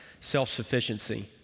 self-sufficiency